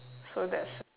so that's